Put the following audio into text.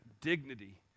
dignity